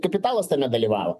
kapitalas tame dalyvavo